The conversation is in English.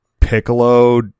Piccolo